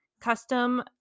custom